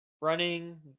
running